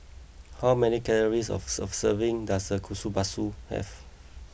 how many calories of serving does Kushikatsu have